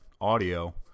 audio